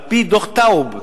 על-פי דוח טאוב,